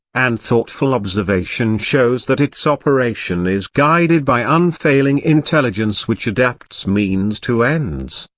and thoughtful observation shows that its operation is guided by unfailing intelligence which adapts means to ends,